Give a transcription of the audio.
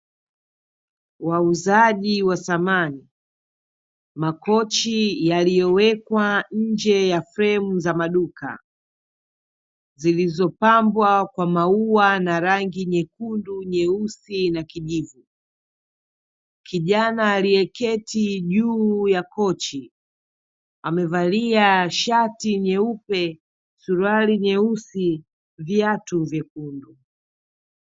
Wauzaji wa samani, makochi yaliyowekwa nje ya fremu za maduka, zilizopambwa kwa maua na rangi nyekundu, nyeusi na kijivu, kijana aliyeketi juu ya kochi amevalia shati nyeupe, suruali nyeusi, viatu vyekundu.